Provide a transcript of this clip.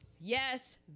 yes